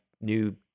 new